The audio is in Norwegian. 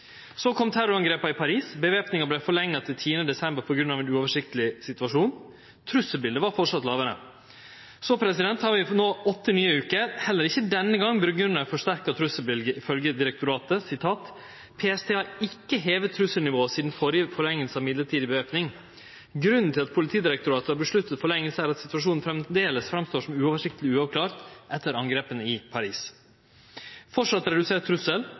Så kom terroråtaka i Paris. Væpninga vart forlengd til 10. desember på grunn av ein uoversiktleg situasjon. Trusselbildet var framleis lågare. Så har det no gått åtte nye veker, heller ikkje denne gongen grunngjeve i eit forsterka trusselbilde, ifølgje direktoratet: «PST har ikke hevet trusselnivået siden forrige forlengelse av midlertidig bevæpning. Grunnen til at Politidirektoratet har besluttet forlengelse er at situasjonen fremdeles fremstår som uoversiktlig og uavklart etter angrepene i Paris i november.» Framleis redusert